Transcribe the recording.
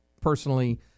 personally